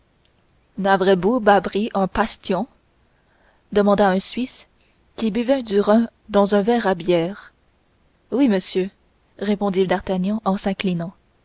bas bris un pastion demanda un suisse qui buvait du rhum dans un verre à bière oui monsieur répondit d'artagnan en s'inclinant